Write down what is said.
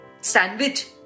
sandwich